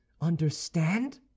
understand